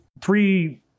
three